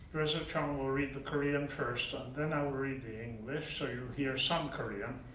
professor chung will read the korean first and then i will read the english so you hear some korean.